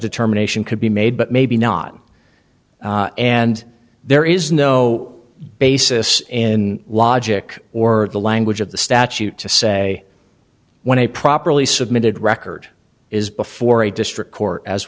determination could be made but maybe not and there is no basis in logic or the language of the statute to say when a properly submitted record is before a district court as